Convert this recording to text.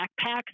backpack